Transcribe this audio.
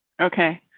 okay,